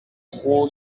trop